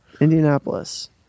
Indianapolis